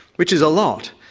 which is a lot.